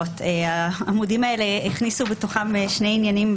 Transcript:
העמודים האלה הכניסו בתוכם שני עניינים,